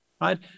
right